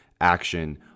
action